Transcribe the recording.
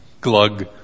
Glug